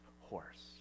horse